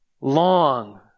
long